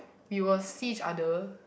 we will see each other